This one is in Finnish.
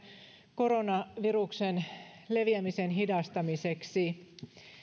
koronaviruksen leviämisen hidastamiseksi